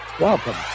welcome